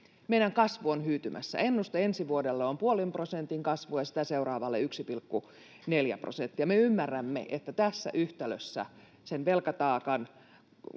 Meidän kasvu on hyytymässä, ennusteena ensi vuodelle on puolen prosentin kasvu ja sitä seuraavalle 1,4 prosenttia. Me ymmärrämme, että tämä yhtälö sen velkataakan,